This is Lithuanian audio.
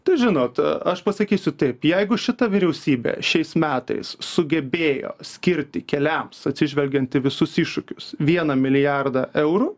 tai žinot aš pasakysiu taip jeigu šita vyriausybė šiais metais sugebėjo skirti keliams atsižvelgiant į visus iššūkius vieną milijardą eurų